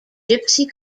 gypsy